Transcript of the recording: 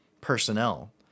personnel